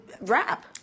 rap